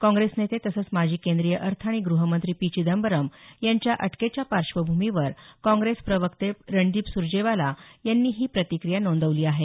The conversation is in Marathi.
काँग्रेस नेते तसंच माजी केंद्रीय अर्थ आणि गृहमंत्री पी चिदंबरम यांच्या अटकेच्या पार्श्वभूमीवर काँग्रेस प्रवक्ते रणदीप सुरजेवाला यांनी ही प्रतिक्रिया नोंदवली आहे